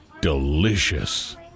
Delicious